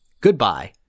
Goodbye